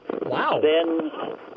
Wow